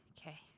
okay